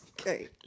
Okay